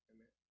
Amen